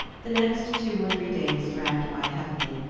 the next two or three days dragged by heavily.